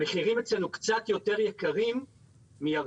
המחירים אצלנו קצת יותר יקרים מירדן,